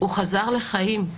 הוא חזר לחיים.